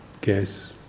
guess